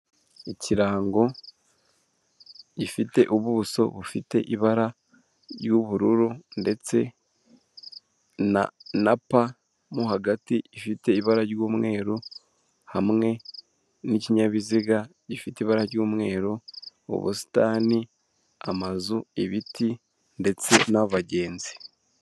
Ikirango gifite ubuso bufite ibara ry'ubururu ndetse na pa mo hagati ifite ibara ry'umweru, hamwe n'ikinyabiziga gifite ibara ry'umweru, mu busitani, amazu, ibiti ndetse n'abagenzi.